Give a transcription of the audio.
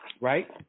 Right